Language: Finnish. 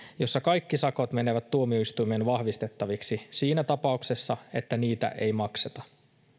jossa kaikki sakot menevät tuomioistuimeen vahvistettaviksi siinä tapauksessa että niitä ei makseta